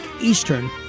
Eastern